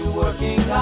working